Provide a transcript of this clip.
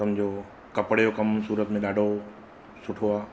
सम्झो कपिड़े जो कमु सूरत में ॾाढो सुठो आहे